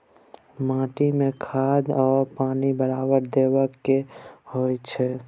माटी में खाद आ पानी बराबर देबै के होई छै